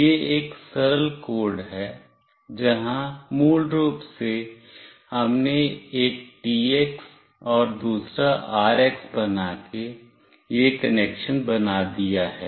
यह एक सरल कोड है जहां मूल रूप से हमने एक TX और दूसरा RX बनाके यह कनेक्शन बना दिया है